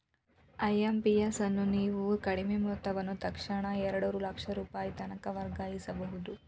IMPS ಅನ್ನು ನೇವು ಕಡಿಮಿ ಮೊತ್ತವನ್ನ ತಕ್ಷಣಾನ ಎರಡು ಲಕ್ಷ ರೂಪಾಯಿತನಕ ವರ್ಗಾಯಿಸ್ಬಹುದು